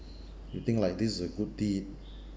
you think like this is a good deed